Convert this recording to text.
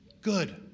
Good